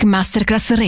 Masterclass